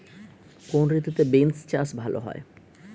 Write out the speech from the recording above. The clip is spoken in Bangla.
কোন ঋতুতে বিন্স চাষ ভালো হয়?